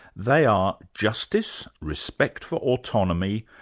they are justice, respect for autonomy,